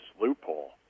loophole